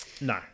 No